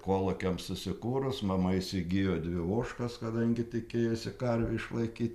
kolūkiams susikūrus mama įsigijo dvi ožkas kadangi tikėjosi karvę išlaikyt